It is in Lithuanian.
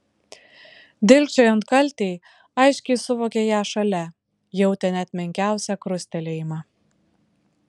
dilgčiojant kaltei aiškiai suvokė ją šalia jautė net menkiausią krustelėjimą